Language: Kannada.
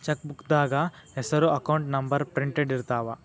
ಚೆಕ್ಬೂಕ್ದಾಗ ಹೆಸರ ಅಕೌಂಟ್ ನಂಬರ್ ಪ್ರಿಂಟೆಡ್ ಇರ್ತಾವ